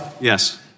Yes